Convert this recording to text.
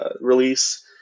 release